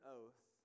oath